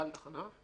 בעל תחנה?